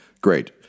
Great